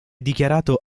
dichiarato